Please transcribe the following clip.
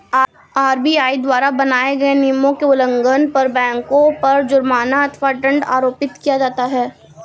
RBI द्वारा बनाए नियमों के उल्लंघन पर बैंकों पर जुर्माना अथवा दंड आरोपित किया जाता है